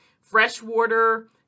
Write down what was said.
freshwater